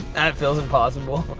that feels impossible.